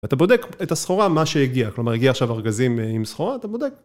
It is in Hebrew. אתה בודק את הסחורה מה שהגיע, כלומר הגיע עכשיו ארגזים עם סחורה, אתה בודק.